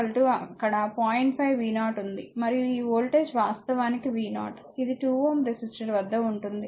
5 v 0 ఉంది మరియు ఈ వోల్టేజ్ వాస్తవానికి v 0 ఇది 2Ω రెసిస్టర్ వద్ద ఉంటుంది